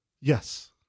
Yes